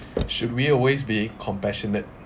should we always be compassionate